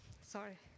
sorry